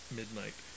midnight